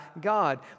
God